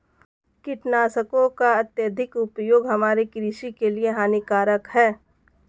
कीटनाशकों का अत्यधिक उपयोग हमारे कृषि के लिए हानिकारक है